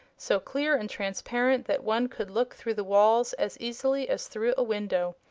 so clear and transparent that one could look through the walls as easily as through a window.